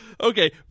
okay